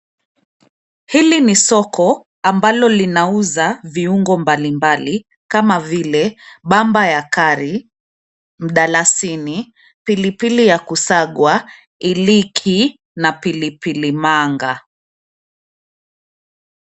Hili ni soko, ambalo linauza viungo mbalimbali, kama vile, bamba ya kari, mdalasini, pilipili ya kusagwa, iliki na pilipili manga.